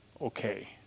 okay